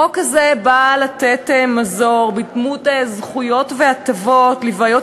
החוק הזה בא לתת מזור בדמות זכויות והטבות לבעיות